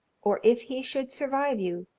or if he should survive you,